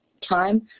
time